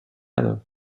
other